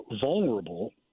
vulnerable